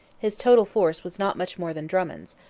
his total force was not much more than drummond's.